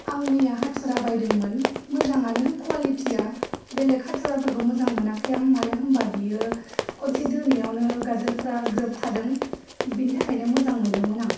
आं मैया हाथुरा बायदों मोन मोजां आनो कुवालिटि आ बेलेक हाथुराफोरखौ मोजां मोनाखै आं मानो होनबा बियो खनसे दोनायावनो गाजोलफ्रा ग्रोब थादों बेनि थाखायनो मोजां मोनदोंमोन आं